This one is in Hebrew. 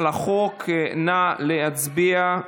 נא להצביע.